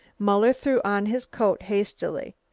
muller threw on his coat hastily.